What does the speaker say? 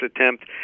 attempt